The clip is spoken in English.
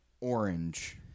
Orange